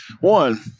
one